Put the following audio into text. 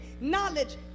knowledge